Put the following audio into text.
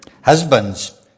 Husbands